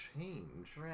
change